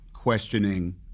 questioning